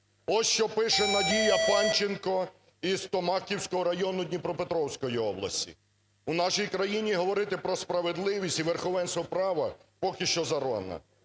Ось, що пише Надія Панченко ізТомаківського району Дніпропетровської області: "У нашій країні говорити про справедливість і верховенство права поки що зарано,